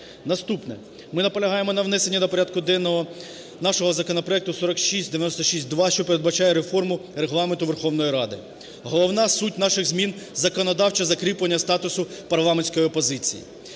Наступне. Ми наполягаємо на внесенні до порядку денного нашого законопроекту 4696-2, що передбачає реформу Регламенту Верховної Ради. Головна суть наших змін – законодавче закріплення статусу парламентської опозиції.